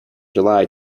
july